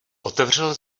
otevřel